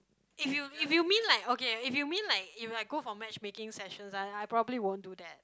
if you if you mean like okay if you mean like if like go for matchmaking sessions I I probably won't do that